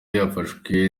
yafashwe